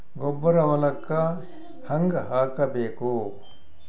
ಗೊಬ್ಬರ ಹೊಲಕ್ಕ ಹಂಗ್ ಹಾಕಬೇಕು?